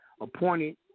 appointed